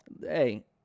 hey